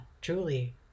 truly